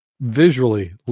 visually